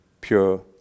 pure